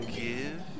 Give